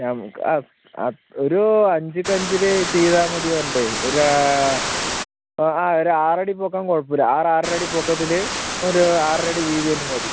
ഒരൂ അഞ്ചുകഞ്ചിൽ ചെയ്താൽ മതി പറഞ്ഞിട്ട് ഒരു ആ ഒര് ആറടി പൊക്കം കുഴപ്പമില്ല ആറ് ആറര അടി പൊക്കത്തിൽ ഒരു ആറര അടി വീതിയിലും മതി